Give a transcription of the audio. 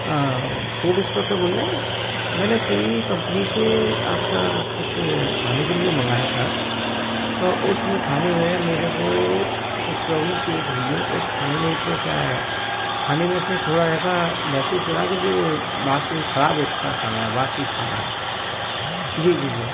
अ food inspector बोल रहे हैं मैंने स्वीगी कंपनी से आपका कुछ अ खाने के लिए मंगाया था तो उसमें खाने में मेरे को कुछ प्रॉब्लम क्रिएट हुई है उस खाने में तो क्या है खाने में से थोड़ा ऐसा महसूस हो रहा है कि ये बाहर से खराब हो चुका खाना है बासी खाना है जी जी जी